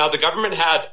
now the government have